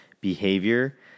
behavior